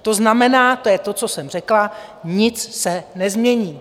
To znamená, to je to, co jsem řekla nic se nezmění.